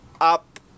up